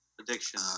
Addiction